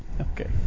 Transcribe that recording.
Okay